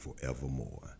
forevermore